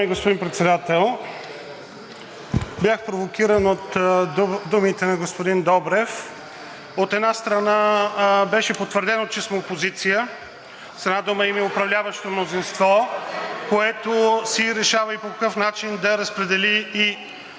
Уважаеми господин Председател, бях провокиран от думите на господин Добрев. От една страна, беше потвърдено, че сме опозиция, с една дума, има и управляващо мнозинство, което си решава и по какъв начин да разпредели и